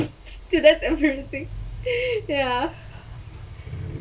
students influencing ya